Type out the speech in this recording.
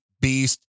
Beast